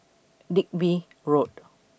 Digby Road